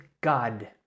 God